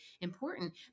important